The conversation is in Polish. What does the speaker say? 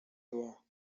zło